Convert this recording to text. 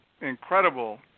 incredible